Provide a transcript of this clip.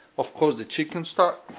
of course, the chicken stock.